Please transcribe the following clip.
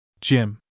Jim